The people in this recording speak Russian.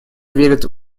верят